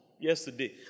yesterday